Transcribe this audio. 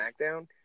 SmackDown